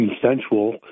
consensual